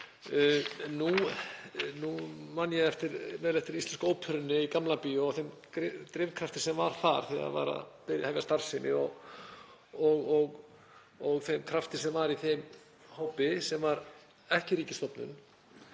Nú man ég vel eftir Íslensku óperunni í Gamla bíó og þeim drifkrafti sem var þar þegar verið var að hefja starfsemi og þeim krafti sem var í þeim hópi, sem var ekki ríkisstofnun.